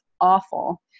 awful